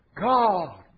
God